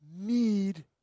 need